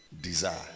desire